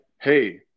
hey